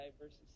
verses